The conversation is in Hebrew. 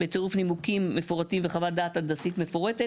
בצירוף נימוקים מפורטים וחוות דעת הנדסית מפורטת.